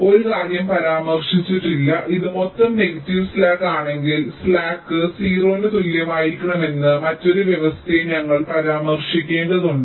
ഒരു കാര്യം പരാമർശിച്ചിട്ടില്ല ഇത് മൊത്തം നെഗറ്റീവ് സ്ലാക്ക് ആണെങ്കിൽ സ്ലാക്ക് tau p 0 ന് തുല്യമായിരിക്കണമെന്ന മറ്റൊരു വ്യവസ്ഥയും ഞങ്ങൾ പരാമർശിക്കേണ്ടതുണ്ട്